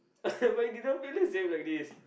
but it didn't feel the same like this